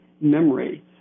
memory